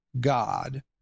God